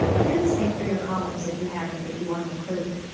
do the same for your columns if you have any that you want to include.